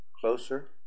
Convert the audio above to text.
Closer